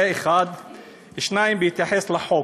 זה, 1. 2. בהתייחס לחוק.